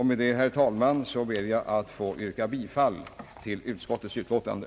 Med detta, herr talman, ber jag att få yrka bifall till utskottets utlåtande.